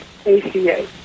ACA